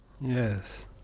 Yes